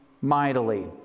mightily